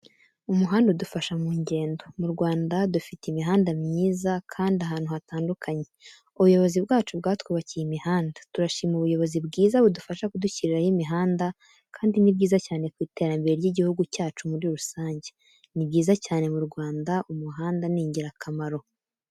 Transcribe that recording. Umuhanda udufasha mu ngendo, mu Rwanda dufite imihanda myiza kandi ahantu hatandukanye. Ubuyobozi bwacu bwiza bwatwubakiye imihanda. Turashima ubuyobozi bwiza budufasha kudushyiriraho imihanda kandi ni byiza cyane ku iterambere ry'igihugu cyacu muri rusange, ni byiza cyane mu Rwanda umuhanda ni ingirakamaro.